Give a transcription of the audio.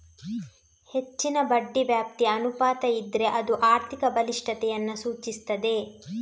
ಹೆಚ್ಚಿನ ಬಡ್ಡಿ ವ್ಯಾಪ್ತಿ ಅನುಪಾತ ಇದ್ರೆ ಅದು ಆರ್ಥಿಕ ಬಲಿಷ್ಠತೆಯನ್ನ ಸೂಚಿಸ್ತದೆ